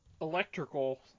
electrical